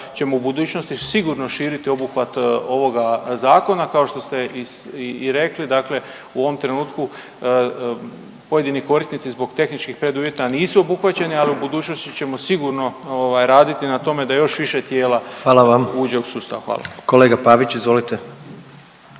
odobrena. Kolega Sačić, izvolite.